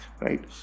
right